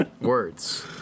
words